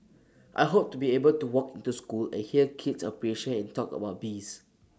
I hope to be able to walk into school and hear kids appreciate and talk about bees